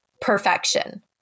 perfection